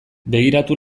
begiratu